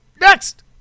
next